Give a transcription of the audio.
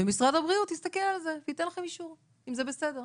ומשרד הבריאות יסתכל על זה וייתן לכם אישור אם זה בסדר?